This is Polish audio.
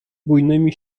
bujnymi